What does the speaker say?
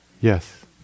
Yes